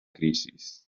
crisis